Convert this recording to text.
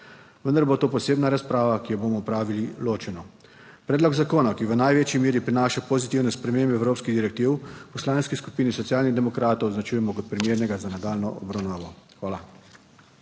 vendar bo to posebna razprava, ki jo bomo opravili ločeno. Predlog zakona, ki v največji meri prinaša pozitivne spremembe evropskih direktiv v Poslanski skupini Socialnih demokratov označujemo kot primernega za nadaljnjo obravnavo. Hvala.